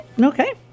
Okay